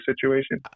situation